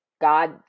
God